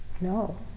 no